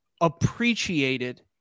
appreciated